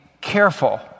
careful